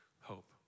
hope